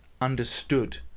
understood